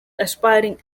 aspiring